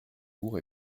lourd